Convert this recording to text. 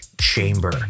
chamber